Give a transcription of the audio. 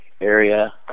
area